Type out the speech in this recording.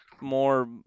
more